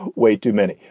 way too many.